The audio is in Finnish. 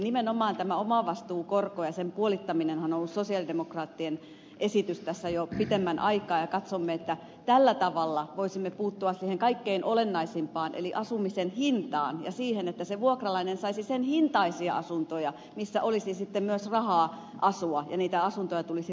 nimenomaan tämä omavastuun korko ja sen puolittaminenhan on ollut sosialidemokraattien esitys tässä jo pitemmän aikaa ja katsomme että tällä tavalla voisimme puuttua siihen kaikkein olennaisimpaan eli asumisen hintaan ja siihen että se vuokralainen saisi sen hintaisia asuntoja missä olisi sitten myös rahaa asua ja niitä asuntoja tulisi riittävästi